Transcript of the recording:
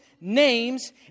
names